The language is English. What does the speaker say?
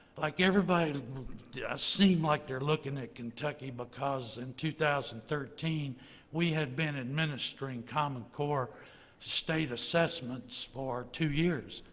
like everybody yeah seem like they're looking at kentucky because in two thousand and thirteen we had been administering common core state assessments for two years.